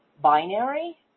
binary